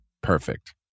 perfect